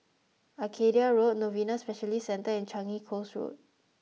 Arcadia Road Novena Specialist Centre and Changi Coast Road